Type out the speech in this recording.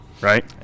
right